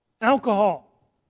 Alcohol